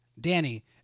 Danny